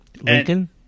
Lincoln